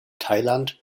thailand